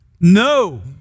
No